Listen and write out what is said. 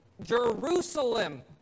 Jerusalem